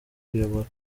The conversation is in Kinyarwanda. kuyobora